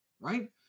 right